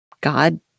God